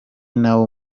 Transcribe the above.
nawo